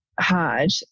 Hard